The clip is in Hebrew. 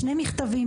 שני מכתבים,